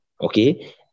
okay